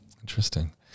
Interesting